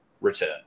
return